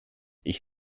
ich